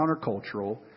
countercultural